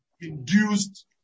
induced